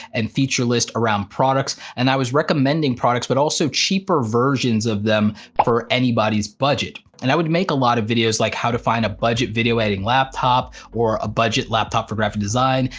and feature lists around products, and i was recommending products but also cheaper versions of them for anybody's budget. and i would make a lot of videos, like how to find a budget video editing laptop, or a budget laptop for graphic design,